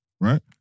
Right